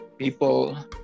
people